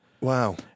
Wow